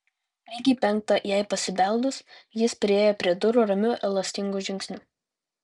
lygiai penktą jai pasibeldus jis priėjo prie durų ramiu elastingu žingsniu